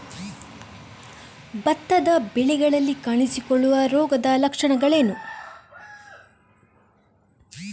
ಭತ್ತದ ಬೆಳೆಗಳಲ್ಲಿ ಕಾಣಿಸಿಕೊಳ್ಳುವ ರೋಗದ ಲಕ್ಷಣಗಳೇನು?